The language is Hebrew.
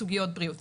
סוגיות בריאות.